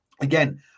Again